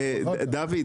היושב-ראש,